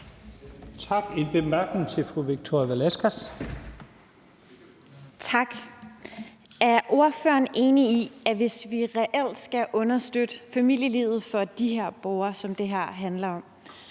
Velasquez. Kl. 11:53 Victoria Velasquez (EL): Tak. Er ordføreren enig i, at hvis vi reelt skal understøtte familielivet for de her borgere, som det her handler om,